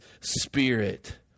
spirit